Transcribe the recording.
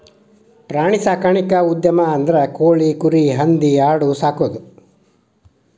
ಪ್ರಾಣಿ ಸಾಕಾಣಿಕಾ ಉದ್ಯಮ ಅಂದ್ರ ಕೋಳಿ, ಕುರಿ, ಹಂದಿ ಆಡು ಸಾಕುದು